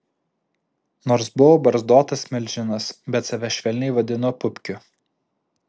nors buvo barzdotas milžinas bet save švelniai vadino pupkiu